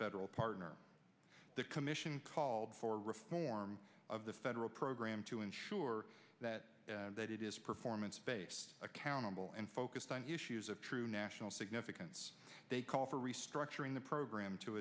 federal partner the commission called for reform of the federal program to ensure that that it is performance space accountable and focused on issues of true national significance they call for restructuring the program to